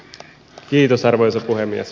kiitos arvoisa puhemies